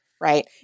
Right